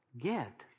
Get